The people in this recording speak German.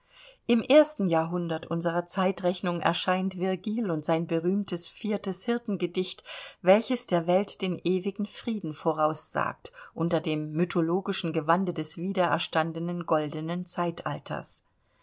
im ersten jahrhundert unserer zeitrechnung erscheint virgil und sein berühmtes hirtengedicht welches der welt den ewigen frieden voraussagt unter dem mythologischen gewande des wiedererstandenen goldenen zeitalters